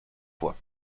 foi